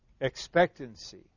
expectancy